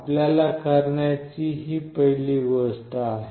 आपल्याला करण्याची ही पहिली गोष्ट आहे